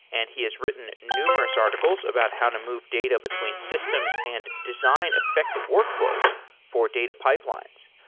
and he has written numerous articles about how to move data between systems and design effective workflows for data pipelines.